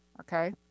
okay